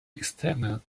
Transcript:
externe